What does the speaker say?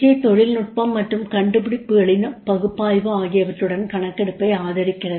ஏ தொழில்நுட்பம் மற்றும் கண்டுபிடிப்புகளின் பகுப்பாய்வு ஆகியவற்றுடன் கணக்கெடுப்பை ஆதரிக்கிறது